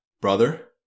brother